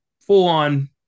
full-on